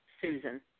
Susan